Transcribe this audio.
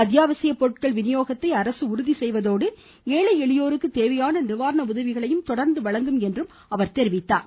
அத்யாவசிய பொருட்கள் விநியோகத்தை அரசு உறுதி செய்வதோடு ஏழை எளியோருக்கு தேவையான நிவாரண உதவிகளையும் வழங்கும் என்றும் கூறினார்